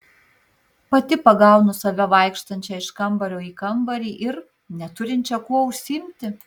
pati pagaunu save vaikštančią iš kambario į kambarį ir neturinčią kuo užsiimti